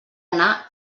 anar